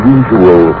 usual